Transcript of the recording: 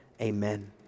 Amen